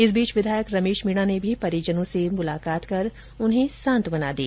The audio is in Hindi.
इस बीच विधायक रमेश मीणा ने भी परिजनों से मुलाकात कर उन्हें सांत्वना दी